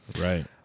right